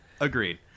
Agreed